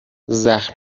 زخم